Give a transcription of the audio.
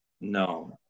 No